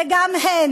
וגם הן,